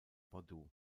bordeaux